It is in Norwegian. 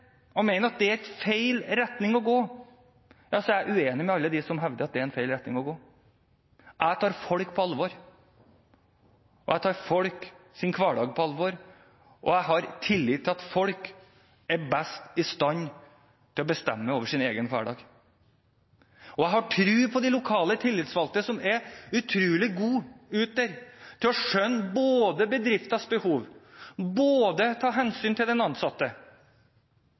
og mener at det er feil retning å gå – så er jeg uenig med alle dem som hevder dette. Jeg tar folk på alvor, jeg tar folks hverdag på alvor, og jeg har tillit til at folk selv er best i stand til å bestemme over sin egen hverdag. Og jeg har tro på de lokale tillitsvalgte der ute som er utrolig gode til både å skjønne bedriftens behov og å ta hensyn til de ansatte